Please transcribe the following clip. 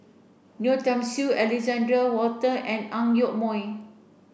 Yeo Tiam Siew Alexander Wolter and Ang Yoke Mooi